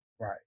Right